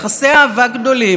שאצלן זה כבר קרה.